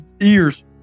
ears